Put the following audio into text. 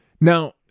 Now